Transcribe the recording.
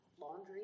laundry